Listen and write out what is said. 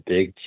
Big